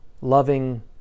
loving